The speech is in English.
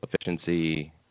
efficiency